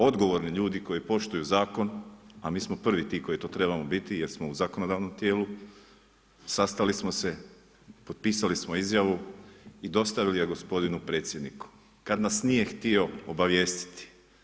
Odgovorni ljudi koji poštuju zakon, a mi smo prvi ti koji to trebamo biti, jer smo u zakonodavnom tijelu, sastali smo se, potpisali smo izjavu i dostavili ju gospodinu predsjedniku, kad nas nije htio obavijestiti.